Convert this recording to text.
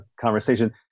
conversation